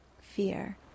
fear